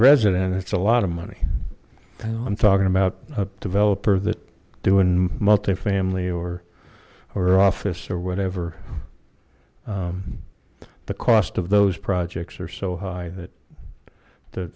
resident it's a lot of money i'm talking about a developer that doing multifamily or her office or whatever the cost of those projects are so high that the